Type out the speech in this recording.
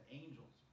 angels